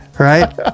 Right